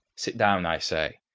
sit down, i say.